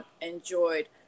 enjoyed